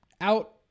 out